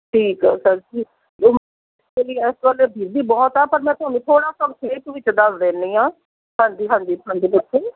ਠੀਕ ਆ ਸਰ ਜੀ ਇਸ ਵੇਲੇ ਬੀਜ਼ੀ ਬਹੁਤ ਹਾਂ ਪਰ ਮੈਂ ਤੁਹਾਨੂੰ ਥੋੜ੍ਹਾ ਸੰਖੇਪ ਵਿੱਚ ਦੱਸ ਦਿੰਦੀ ਹਾਂ ਹਾਂਜੀ ਹਾਂਜੀ ਹਾਂਜੀ ਬਿਲਕੁਲ